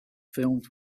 filmed